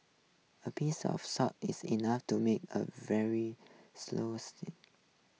a peice of salt is enough to make a very slow